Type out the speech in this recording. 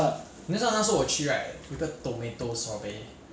then 那边因为现在是 COVID 然后他们不让你 taste 那个 sample